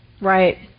Right